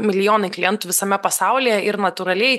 milijonai klientų visame pasaulyje ir natūraliai